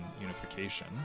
unification